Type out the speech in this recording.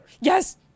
Yes